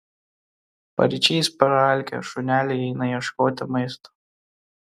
paryčiais praalkę šuneliai eina ieškoti maisto